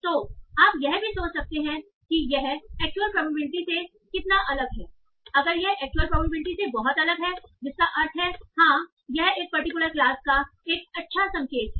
तो आप यह भी सोच सकते हैं कि यह एक्चुअल प्रोबेबिलिटी से कितना अलग है अगर यह एक्चुअल प्रोबेबिलिटी से बहुत अलग है जिसका अर्थ है हाँ यह एक पर्टिकुलर क्लास का एक अच्छा संकेत है